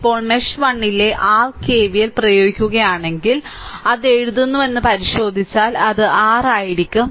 ഇപ്പോൾ മെഷ് 1 ലെ r KVL പ്രയോഗിക്കുകയാണെങ്കിൽ അത് എഴുതുന്നുവെന്ന് പരിശോധിച്ചാൽ അത് r ആയിരിക്കും